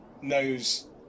knows